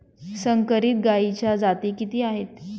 संकरित गायीच्या जाती किती आहेत?